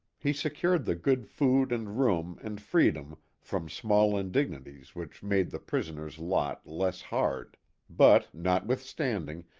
he secured the good food and room and freedom from small indignities which made the prisoner's lot less hard but notwithstanding,